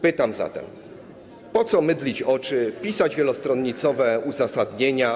Pytam zatem: Po co mydlić oczy, pisać wielostronicowe uzasadnienia?